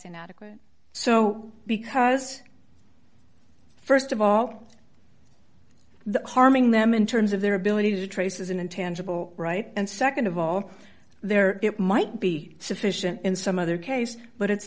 inadequate so because st of all the harming them in terms of their ability to trace is an intangible right and nd of all there it might be sufficient in some other case but it's